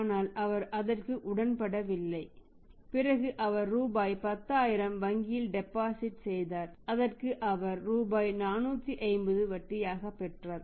ஆனால் அவர் அதற்கு உடன்படவில்லை பிறகு அவர் ரூபாய் 10000 வங்கியில் டெபாசிட் செய்தார் அதற்கு அவர் ரூபாய் 450 வட்டியாக பெற்றார்